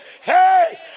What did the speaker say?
Hey